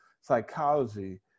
psychology